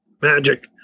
magic